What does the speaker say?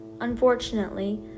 Unfortunately